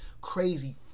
crazy